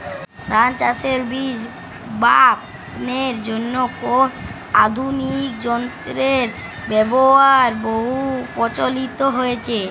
ধান চাষের বীজ বাপনের জন্য কোন আধুনিক যন্ত্রের ব্যাবহার বহু প্রচলিত হয়েছে?